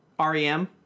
REM